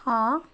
ହଁ